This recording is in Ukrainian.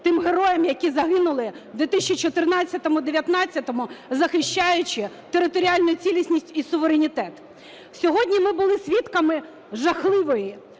тим героям, які загинули в 2014-2019, захищаючи територіальну цілісність і суверенітет. Сьогодні ми були свідками жахливої,